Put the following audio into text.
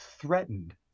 threatened